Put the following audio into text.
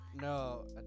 no